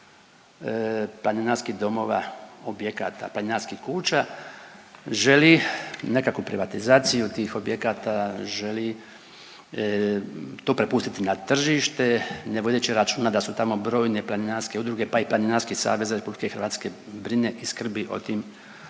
planinarskih domova, objekata, planinarskih kuća želi nekakvu privatizaciju tih objekata, želi to prepustiti na tržište ne vodeći računa da su tamo brojne planinarske udruge pa i Planinarski savez Republike Hrvatske brine i skrbi o tim domovima.